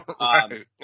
Right